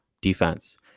defense